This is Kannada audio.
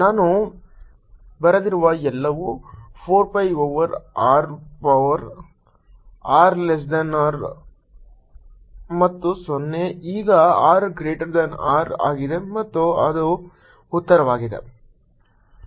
ನಾನು ಬರೆದಿರುವ ಎಲ್ಲವು 4 pi over R for r less than R ಮತ್ತು 0 ಈಗ r ಗ್ರೀಟರ್ ಥಾನ್ R ಆಗಿದೆ ಮತ್ತು ಅದು ಉತ್ತರವಾಗಿದೆ